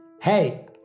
Hey